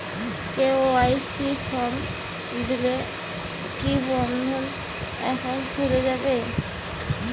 KYC form দিয়ে কি বন্ধ একাউন্ট খুলে যাবে?